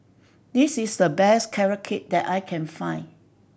this is the best Carrot Cake that I can find